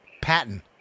Patton